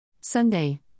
Sunday